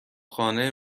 خانه